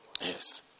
Yes